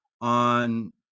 on